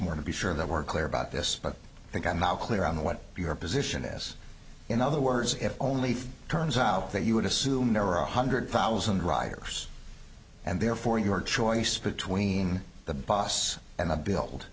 more to be sure that we're clear about this but i think i'm now clear on what your position s in other words if only three turns out that you would assume there are one hundred thousand riders and therefore your choice between the boss and i build